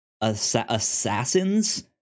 assassins